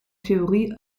theorie